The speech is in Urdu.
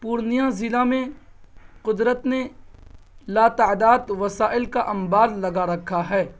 پورنیہ ضلع میں قدرت نے لاتعداد وسائل کا انبار لگا رکھا ہے